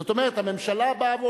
זאת אומרת, הממשלה באה ואומרת: